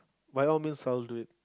by all means I'll do it